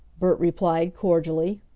bert replied, cordially.